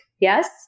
Yes